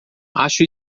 acho